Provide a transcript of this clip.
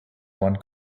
one